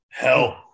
Help